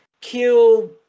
kill